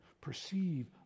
perceive